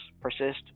persist